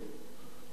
לא מאחורה,